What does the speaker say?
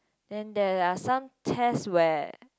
then there are some tests where